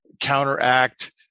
counteract